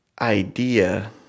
idea